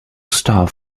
star